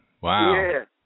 Wow